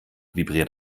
vibriert